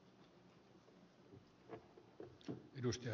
herra puhemies